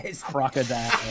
Crocodile